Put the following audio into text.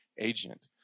agent